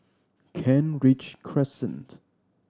Kent Ridge Crescent